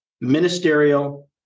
ministerial